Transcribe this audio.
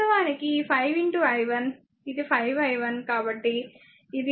కాబట్టి ఇది కాబట్టి i1 5 i 1 i 3